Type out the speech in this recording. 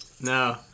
No